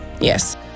yes